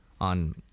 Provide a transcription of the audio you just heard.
on